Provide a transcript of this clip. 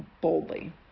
boldly